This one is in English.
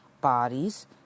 bodies